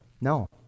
No